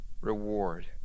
reward